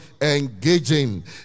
engaging